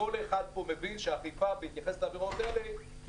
כל אחד פה מבין שאכיפה בהתייחס לעבירות האלה היא